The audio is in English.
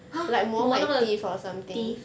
ha 磨那个 teeth